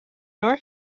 nor